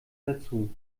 dazu